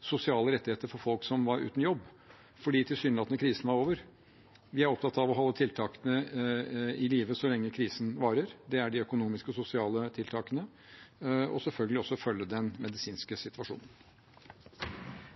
sosiale rettigheter for folk som var uten jobb – fordi krisen tilsynelatende var over. Vi er opptatt av å holde tiltakene i live så lenge krisen varer. Det er de økonomiske og sosiale tiltakene. Vi vil selvfølgelig også følge den medisinske situasjonen.